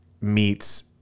meets